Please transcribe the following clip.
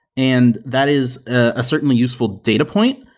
and that is a certainly useful data point.